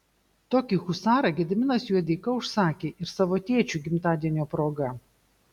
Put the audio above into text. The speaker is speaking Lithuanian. tokį husarą gediminas juodeika užsakė ir savo tėčiui gimtadienio proga